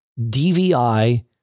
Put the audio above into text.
DVI